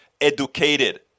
educated